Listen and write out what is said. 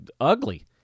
ugly